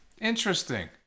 interesting